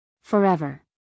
Forever